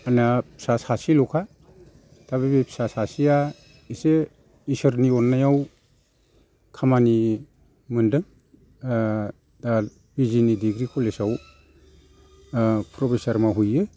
आंना फिसा सासेल'खा दा बे फिसा सासेया एसे इसोरनि अननायाव खामानि मोनदों दा बिजिनि डिग्रि कलेजाव प्रफेसार मावहैयो